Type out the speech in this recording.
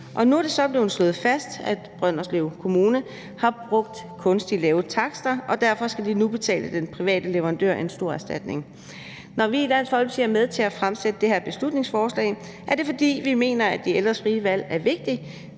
Nu er det så blevet slået fast, at Brønderslev Kommune har brugt kunstigt lave takster, og derfor skal de nu betale den private leverandør en stor erstatning. Når vi i Dansk Folkeparti har været med til at fremsætte det her beslutningsforslag, er det, fordi vi mener, at de ældres frie valg er vigtigt